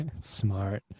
Smart